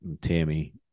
Tammy